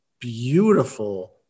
beautiful